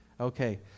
Okay